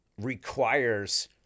requires